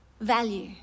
value